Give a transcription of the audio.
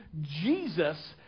Jesus